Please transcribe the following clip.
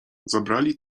zabrali